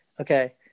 Okay